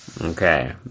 Okay